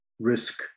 risk